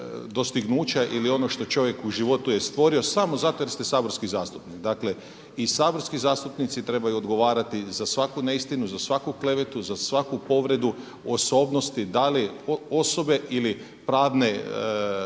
ili ono što čovjek u životu je stvorio samo zato jer ste saborski zastupnik. Dakle i saborski zastupnici trebaju odgovarati za svaku neistinu, za svaku klevetu, za svaku povredu osobnosti da li osobe ili pravne